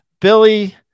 Billy